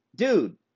dude